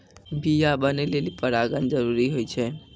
बीया बनै लेलि परागण जरूरी होय छै